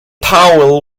towel